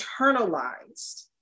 internalized